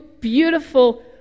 beautiful